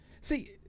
See